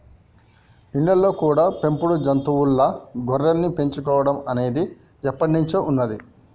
ఇళ్ళల్లో కూడా పెంపుడు జంతువుల్లా గొర్రెల్ని పెంచుకోడం అనేది ఎప్పట్నుంచో ఉన్నది